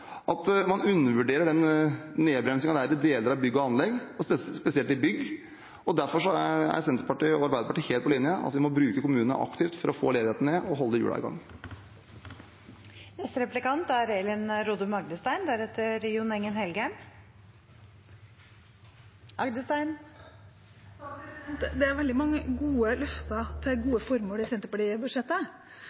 undervurderer den nedbremsingen det er i deler av bygg og anlegg, spesielt i bygg. Derfor er Senterpartiet og Arbeiderpartiet helt på linje. Vi må bruke kommunene aktivt for å få ledigheten ned og holde hjulene i gang. Det er veldig mange gode løfter til gode formål i Senterparti-budsjettet, men samtidig er det vel slik at pengebruken ideelt sett bør henge sammen med politikken, det vi kaller «# helheten». Én ting er at Senterpartiet